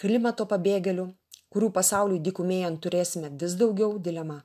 klimato pabėgėlių kurių pasauliui dykumėjant turėsime vis daugiau dilema